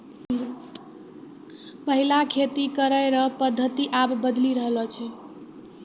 पैहिला खेती करै रो पद्धति आब बदली रहलो छै